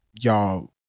y'all